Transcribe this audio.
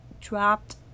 dropped